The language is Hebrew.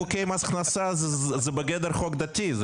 חוקי מס ההכנסה הם בגדר חוק דתי,